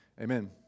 Amen